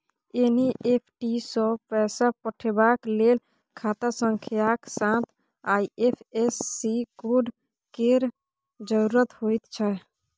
NEFT सँ पैसा पठेबाक लेल खाता संख्याक साथ आई.एफ.एस.सी कोड केर जरुरत होइत छै